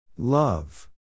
Love